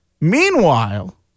Meanwhile